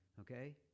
Okay